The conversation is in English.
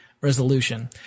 resolution